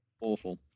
awful